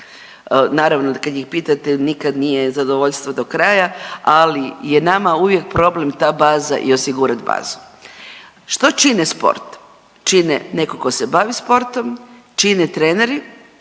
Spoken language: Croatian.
naravno kad ih pitate nikad nije zadovoljstvo do kraja, ali nama je uvijek problem ta baza i osigurat bazu. Što čine sport? Čine neko ko se bavi sportom, čine treneri